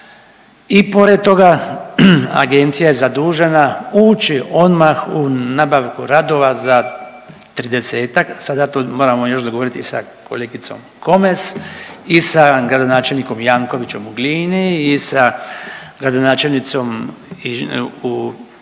i pored toga, Agencija je zadužena ući odmah u nabavku radova za 30-ak, sada tu moramo još dogovoriti sa kolegicom Komes i sa gradonačelnikom Jankovićem u Glini i sa gradonačelnicom u,